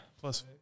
plus